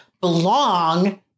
belong